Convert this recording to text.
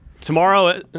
Tomorrow